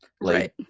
Right